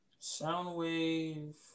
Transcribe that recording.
Soundwave